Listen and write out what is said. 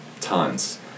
tons